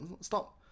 stop